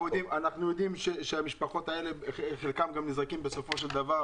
אנחנו יודעים שהמשפחות האלה חלקן גם נזרקות בסופו של דבר,